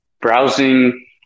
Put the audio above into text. browsing